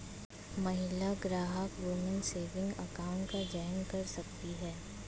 महिला ग्राहक woman saving account का चयन कर सकती है